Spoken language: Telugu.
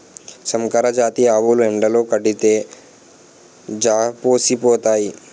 సంకరజాతి ఆవులు ఎండలో కడితే జాపోసిపోతాయి